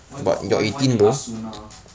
why got why why need asuna